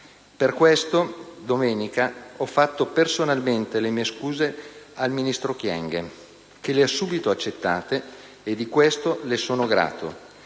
Per questo domenica ho fatto personalmente le mie scuse al ministro Kyenge, che le ha subito accettate, e di questo le sono grato,